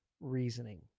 reasoning